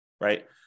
right